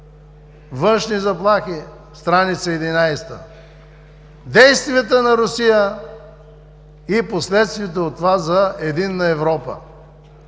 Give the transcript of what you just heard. „Външни заплахи“ – стр. 11, действията на Русия и последствието от това за единна Европа,